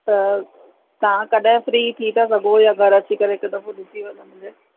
त तव्हां कॾहिं फ्री थी था सघो या घरु अची करे हिकु दफ़ो ॾिसी वञो मुंहिंजे